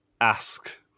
ask